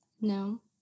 no